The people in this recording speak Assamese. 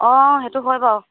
অঁ সেইটো হয় বাৰু